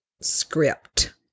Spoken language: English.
script